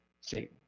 Satan